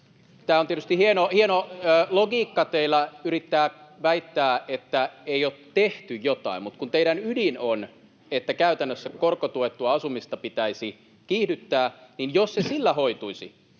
tämä on tietysti hieno logiikka teillä yrittää väittää, että ei ole tehty jotain, mutta kun teidän ydin on, että käytännössä korkotuettua asumista pitäisi kiihdyttää, niin jos se sillä hoituisi,